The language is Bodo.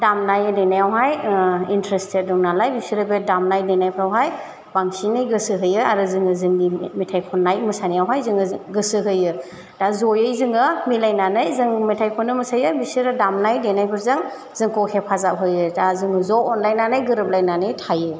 दामनाय देनायावहाय इन्टारेस्टटेद दं नालाय बिसोरबो दामनाय देनायफ्रावहाय बांसिनै गोसो होयो आरो जोङो जो जोंनि मेथाइ खन्नाय मोसानायावहाय जोङो गोसो होयो दा जयै जोङो मिलायनानै जों मेथाइ ख'नो मोसायो बिसोरो दामनाय देनायफोरजों जोंखौ हेफाजाब होयो दा जोङो ज' अनलायनानै गोरोबलायनानै थायो